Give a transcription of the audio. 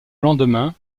lendemain